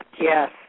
Yes